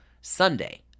Sunday